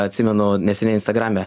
atsimenu neseniai instagrame